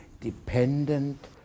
dependent